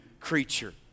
creature